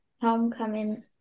Homecoming